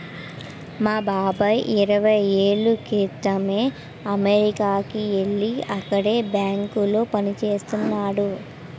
మా బాబాయి ఇరవై ఏళ్ళ క్రితమే అమెరికాకి యెల్లి అక్కడే బ్యాంకులో పనిజేత్తన్నాడు